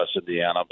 Indiana